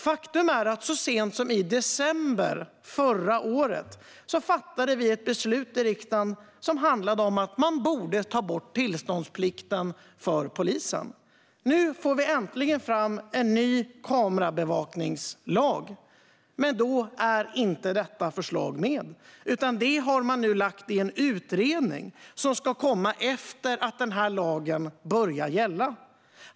Faktum är att så sent som i december förra året fattade vi ett beslut i riksdagen som handlade om att man borde ta bort tillståndsplikten för polisen. Nu får vi äntligen en ny kamerabevakningslag. Men där är detta förslag inte med, utan det har man lagt i en utredning som ska komma efter att den här lagen börjar gälla.